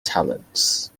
talents